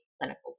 clinical